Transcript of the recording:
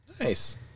Nice